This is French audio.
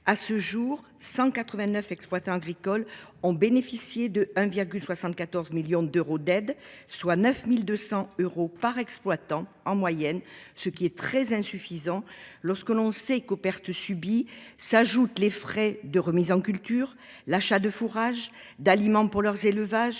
À ce jour 189 exploitants agricoles ont bénéficié de 1,74 millions d'euros d'aide soit 9200 euros par exploitant en moyenne ce qui est très insuffisant. Lorsque l'on sait qu'aux pertes subies, s'ajoutent les frais de remise en culture l'achat de fourrage d'aliments pour leurs élevages